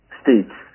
states